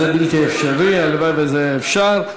זה בלתי אפשרי, הלוואי שזה היה אפשר.